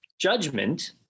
judgment